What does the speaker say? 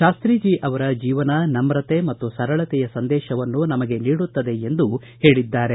ಶಾಸ್ತಿ ಜೀ ಅವರ ಜೀವನ ನವುತೆ ಮತ್ತು ಸರಳತೆಯ ಸಂದೇಶವನ್ನು ನಮಗೆ ನೀಡುತ್ತದೆ ಎಂದು ಹೇಳಿದ್ದಾರೆ